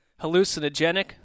Hallucinogenic